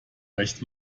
recht